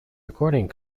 recording